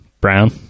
brown